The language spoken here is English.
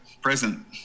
present